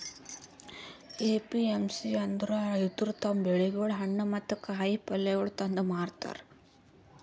APMC ಅಂದುರ್ ರೈತುರ್ ತಮ್ ಬೆಳಿಗೊಳ್, ಹಣ್ಣ ಮತ್ತ ಕಾಯಿ ಪಲ್ಯಗೊಳ್ ತಂದು ಮಾರತಾರ್